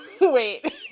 Wait